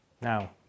Now